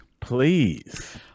Please